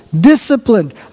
disciplined